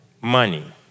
Money